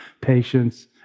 patience